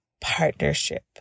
partnership